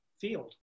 field